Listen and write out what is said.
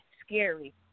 scary